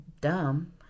dumb